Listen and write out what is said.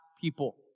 people